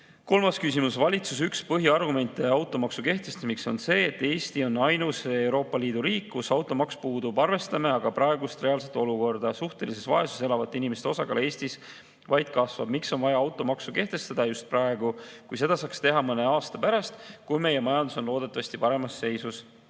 küsimus: "Valitsuse üks põhiargumente automaksu kehtestamiseks on see, et Eesti on ainus EL‑i riik, kus automaks puudub. Arvestame aga praegust reaalset olukorda – suhtelises vaesuses elavate inimeste osakaal Eestis vaid kasvab. Miks on vaja automaksu kehtestada just praegu, kui seda saaks teha mõne aasta pärast, kui meie majandus on loodetavasti paremas seisus?"